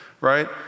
right